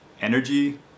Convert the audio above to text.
energy